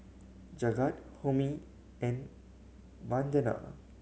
Jagat Homi and Vandana